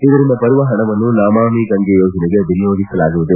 ಇದರಿಂದ ಬರುವ ಹಣವನ್ನು ನಮಾಮಿ ಗಂಗೆ ಯೋಜನೆಗೆ ವಿನಿಯೋಗಿಸಲಾಗುವುದು